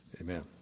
Amen